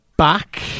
Back